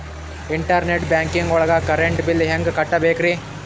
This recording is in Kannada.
ಇಂಟರ್ನೆಟ್ ಬ್ಯಾಂಕಿಂಗ್ ಒಳಗ್ ಕರೆಂಟ್ ಬಿಲ್ ಹೆಂಗ್ ಕಟ್ಟ್ ಬೇಕ್ರಿ?